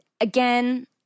Again